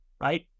right